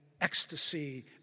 ecstasy